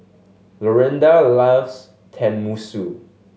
Lorinda loves Tenmusu